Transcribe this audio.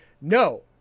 No